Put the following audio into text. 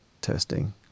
testing